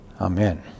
Amen